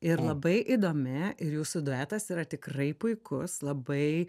ir labai įdomi ir jūsų duetas yra tikrai puikus labai